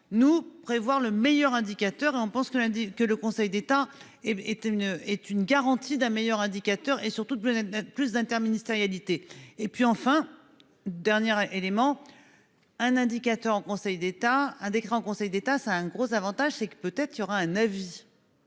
nous prévoir le meilleur indicateur et on pense que lundi que le Conseil d'État est est une est une garantie d'un meilleur indicateur et surtout de plus d'interministérialité et puis enfin dernière élément. Un indicateur au Conseil d'État, un décret en Conseil d'État a un gros avantage, c'est que peut-être il y aura un avis.